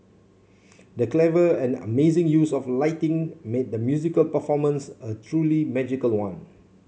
the clever and amazing use of lighting made the musical performance a truly magical one